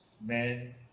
men